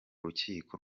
rukiko